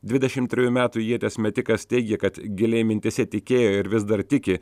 dvidešim trejų metų ieties metikas teigė kad giliai mintyse tikėjo ir vis dar tiki